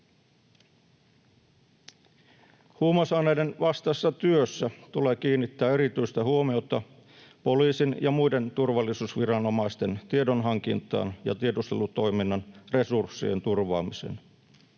Huumausaineiden vastaisessa työssä tulee kiinnittää erityistä huomiota poliisin ja muiden turvallisuusviranomaisten tiedonhankintaan ja tiedustelutoiminnan resurssien turvaamiseen.